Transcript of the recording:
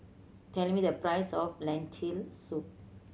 tell me the price of Lentil Soup